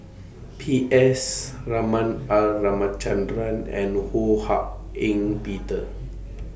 P S Raman R Ramachandran and Ho Hak Ean Peter